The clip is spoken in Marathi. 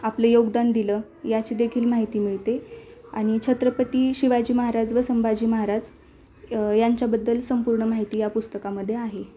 आपलं योगदान दिलं याची देखील माहिती मिळते आणि छत्रपती शिवाजी महाराज व संभाजी महाराज यांच्याबद्दल संपूर्ण माहिती या पुस्तकामध्ये आहे